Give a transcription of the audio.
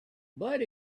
but